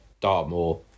dartmoor